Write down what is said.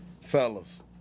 Fellas